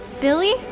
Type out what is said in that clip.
Billy